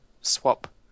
swap